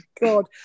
god